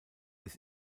ist